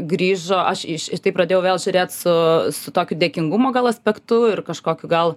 grįžo aš iš į tai pradėjau vėl žiūrėt su su tokiu dėkingumo gal aspektu ir kažkokiu gal